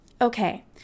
Okay